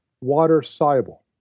water-soluble